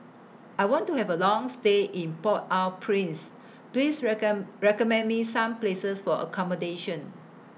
I want to Have A Long stay in Port Au Prince Please recommend Me Some Places For accommodation